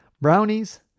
brownies